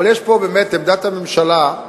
אבל יש פה באמת עמדת הממשלה.